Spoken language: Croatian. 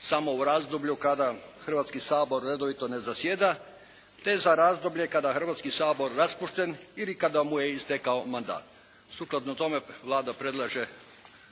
samo u razdoblju kada Hrvatski sabor redovito ne zasjeda te za razdoblje kada je Hrvatski sabor raspušten ili kada mu je istekao mandat. Sukladno tome Vlada predlaže